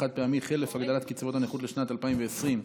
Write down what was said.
חד-פעמי חלף הגדלת קצבאות הנכות לשנת 2020),